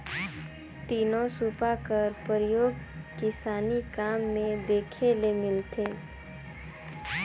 तीनो सूपा कर परियोग किसानी काम मे देखे ले मिलथे